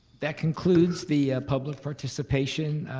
that concludes the public participation